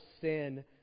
sin